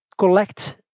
collect